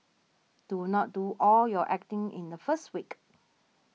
do not do all your acting in the first week